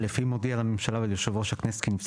(א) (1)אם ראש הממשלה הודיע לממשלה וליושב ראש הכנסת כי נבצר